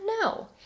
no